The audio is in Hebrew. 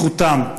בזכותם.